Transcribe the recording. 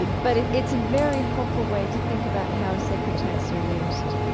but it's a very helpful way to think about how sacred texts are used